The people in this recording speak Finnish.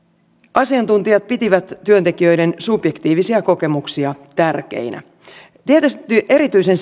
asiantuntijat pitivät työntekijöiden subjektiivisia kokemuksia tärkeinä tietysti erityisen